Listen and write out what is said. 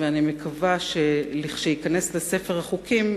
ואני מקווה שלכשייכנס לספר החוקים,